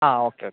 ആ okay okay